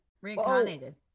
reincarnated